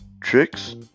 tricks